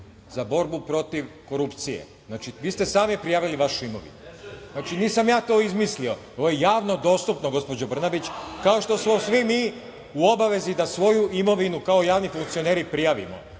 za borbu protiv korupcije. Znači, vi ste sami prijavili vašu imovinu. Znači, nisam ja to izmislio. To je javno dostupno, gospođo Brnabić, kao što smo svi mi u obavezi da svoju imovinu kao javni funkcioneri prijavimo.